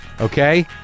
Okay